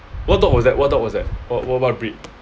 what dog was that what dog was that what what what breed